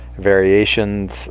variations